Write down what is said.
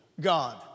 God